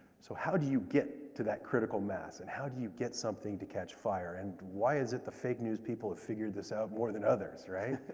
so how do you get to that critical mass? and how do you get something to catch fire? and why is it the fake news people have figured this out more than others? right?